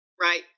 Right